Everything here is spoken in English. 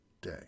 day